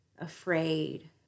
afraid